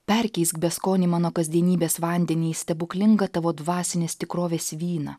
perkeisk beskonį mano kasdienybės vandenį į stebuklingą tavo dvasinės tikrovės vyną